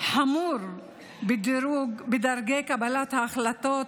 חמור בדרגי קבלת ההחלטות,